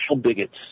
bigots